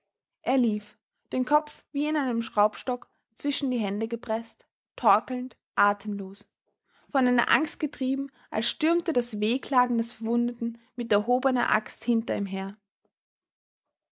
er lief den kopf wie in einen schraubstock zwischen die hände gepreßt torkelnd atemlos von einer angst getrieben als stürmte das wehklagen des verwundeten mit erhobener axt hinter ihm her